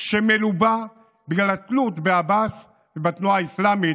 שמלובה בגלל התלות בעבאס ובתנועה האסלאמית,